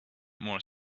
more